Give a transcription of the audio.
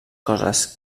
coses